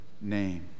name